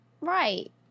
Right